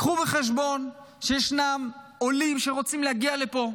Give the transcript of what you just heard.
קחו בחשבון שישנם עולים שרוצים להגיע לפה.